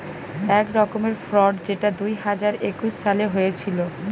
এক রকমের ফ্রড যেটা দুই হাজার একুশ সালে হয়েছিল